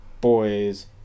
boys